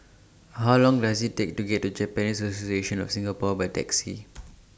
How Long Does IT Take to get to Japanese Association of Singapore By Taxi